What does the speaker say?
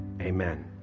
amen